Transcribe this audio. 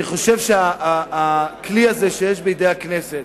אני חושב שהכלי הזה, שיש בידי הכנסת,